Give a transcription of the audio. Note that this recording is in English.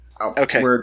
Okay